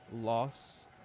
loss